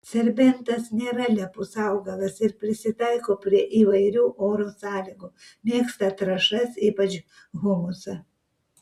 serbentas nėra lepus augalas ir prisitaiko prie įvairių oro sąlygų mėgsta trąšas ypač humusą